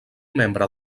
membre